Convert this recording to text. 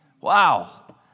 Wow